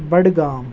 Budgam